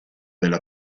delle